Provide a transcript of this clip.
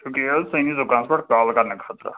شُکریہِ حظ سٲنِس دُکانَس پٮ۪ٹھ کال کرنہٕ خٲطرٕ